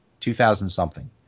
2000-something